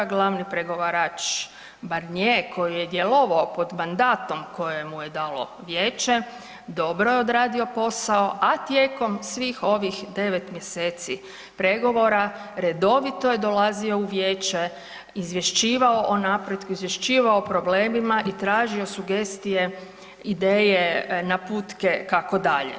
Glavni pregovarač Barnier koji je djelovao pod mandatom koje mu je dalo Vijeće, dobro je odradio posao, a tijekom svih ovih 9 mjeseci pregovora redovito je dolazio u Vijeće, izvješćivao o napretku, izvješćivao o problemima i tražio sugestije, ideje, naputke kako dalje.